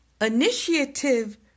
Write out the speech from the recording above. Initiative